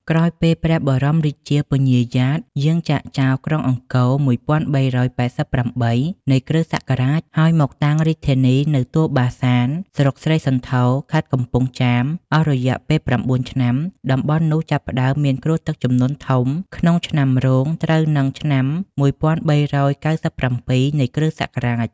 ក្រោយពេលព្រះបរមរាជា ពញ្ញាយ៉ាត យាងចាកចោល ក្រុងអង្គរ ១៣៨៨ នៃគ.សករាជ ហើយមកតាំងរាជធានីនៅទួលបាសាន ស្រុកស្រីសន្ធរ ខេត្តកំពង់ចាម អស់រយៈពេល ៩ ឆ្នាំ តំបន់នោះចាប់ផ្ដើមមានគ្រោះទឹកជំនន់ធំក្នុងឆ្នាំរោង ត្រូវនិងឆ្នាំ ១៣៩៧ នៃគ.សករាជ